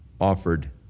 offered